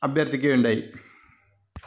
അഭ്യര്ത്ഥിക്കുകയുണ്ടായി